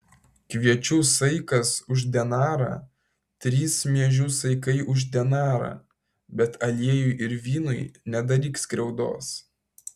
kviečių saikas už denarą trys miežių saikai už denarą bet aliejui ir vynui nedaryk skriaudos